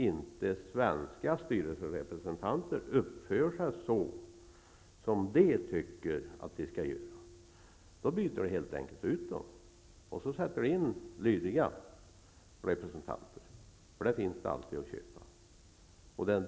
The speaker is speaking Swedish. Om svenska styrelserepresentanter inte uppför sig så som ägarna tycker att de skall uppföra sig, byter man helt enkelt ut de svenska styrelserepresentanterna mot lydiga representanter -- sådana finns det alltid att köpa.